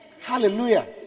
hallelujah